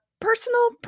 personal